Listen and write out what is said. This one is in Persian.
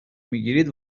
میگیرید